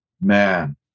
man